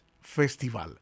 Festival